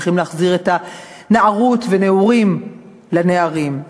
צריכים להחזיר את הנערוּת והנעורים לנערים.